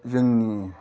जोंनि